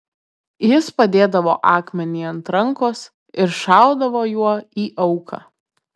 jis padėdavo akmenį ant rankos ir šaudavo juo į auką